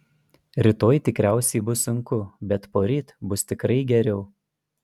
rytoj tikriausiai bus sunku bet poryt bus tikrai geriau